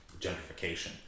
gentrification